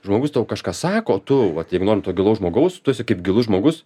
žmogus tau kažką sako o tu vat jeigu norim to gilaus žmogaus tu esi kaip gilus žmogus